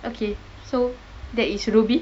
okay so that is ruby